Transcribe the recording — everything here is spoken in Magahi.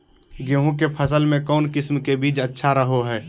गेहूँ के फसल में कौन किसम के बीज अच्छा रहो हय?